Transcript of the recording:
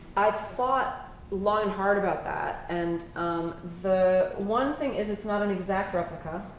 i thought long and hard about that. and the one thing is it's not an exact replica.